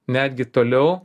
netgi toliau